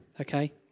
Okay